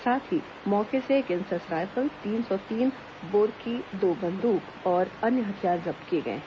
साथ ही मौके से एक इंसास रायफल तीन सौ तीन बोर की दो बंदूक और अन्य हथियार जब्त किए गए हैं